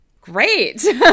great